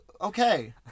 okay